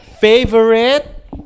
favorite